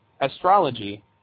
astrology